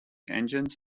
engines